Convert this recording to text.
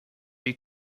who